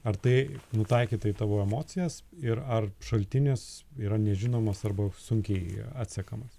ar tai nutaikyta į tavo emocijas ir ar šaltinis yra nežinomas arba sunkiai atsekamas